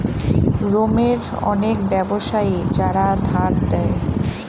রোমের অনেক ব্যাবসায়ী যারা ধার দেয়